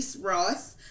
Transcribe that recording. Ross